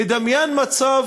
נדמיין מצב